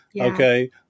Okay